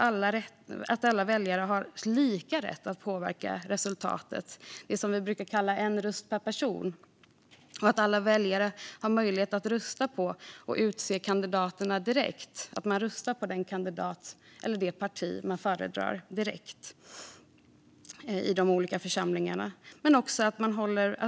Alla väljare har lika rätt att påverka resultatet genom det vi brukar kalla en röst per person, och alla väljare har möjlighet att rösta direkt på de kandidater de föredrar i de olika församlingarna.